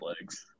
legs